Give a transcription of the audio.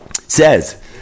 says